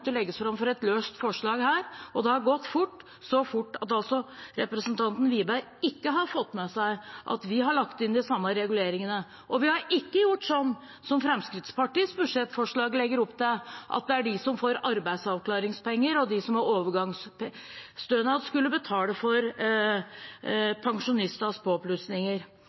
legges fram som et løst forslag her. Det har gått fort, så fort at representanten Wiborg altså ikke har fått med seg at vi har lagt inn de samme reguleringene. Og vi har ikke gjort sånn som Fremskrittspartiets forslag legger opp til, at det er de som får arbeidsavklaringspenger, og de som har overgangsstønad, som skal betale for pensjonistenes